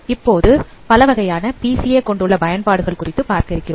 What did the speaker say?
இப்போது பலவகையான பிசிஏ கொண்டுள்ள பயன்பாடுகள் குறித்து பார்க்க இருக்கிறோம்